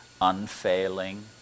unfailing